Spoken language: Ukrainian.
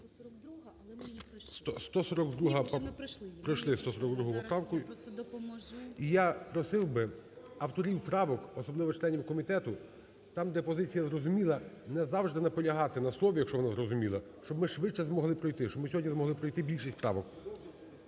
142-а…. (Шум у залі) Пройшли 142 поправку. І я просив би авторів правок, особливо членів комітету, там, де позиція зрозуміла, не завжди наполягати на слові, якщо воно зрозуміле, щоб ми швидше змогли пройти, щоб ми сьогодні змогли пройти більшість правок.